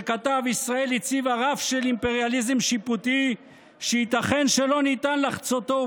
שכתב: ישראל הציבה רף של אימפריאליזם שיפוטי שייתכן שלא ניתן לחצותו,